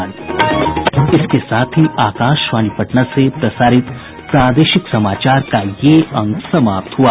इसके साथ ही आकाशवाणी पटना से प्रसारित प्रादेशिक समाचार का ये अंक समाप्त हुआ